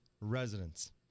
residents